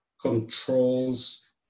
controls